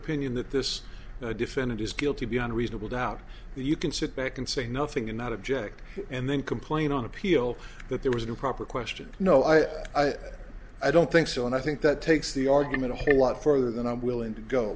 opinion that this defendant is guilty beyond reasonable doubt that you can sit back and say nothing and not object and then complain on appeal that there was an improper question no i i don't think so and i think that takes the argument a whole lot further than i'm willing to go